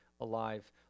alive